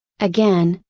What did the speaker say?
again,